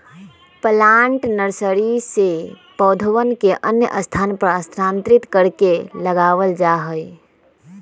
plant nursery से पौधवन के अन्य स्थान पर स्थानांतरित करके लगावल जाहई